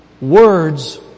Words